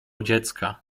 dziecka